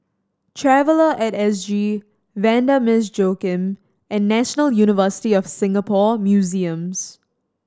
Traveller At S G Vanda Miss Joaquim and National University of Singapore Museums